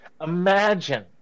Imagine